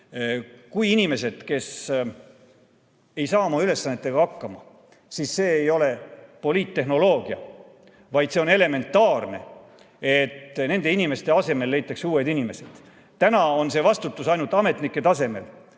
Kui on inimesed, kes ei saa oma ülesannetega hakkama, siis see ei ole poliittehnoloogia, vaid see on elementaarne, et nende inimeste asemele leitakse uued inimesed. Täna on see vastutus ainult ametnike tasemel,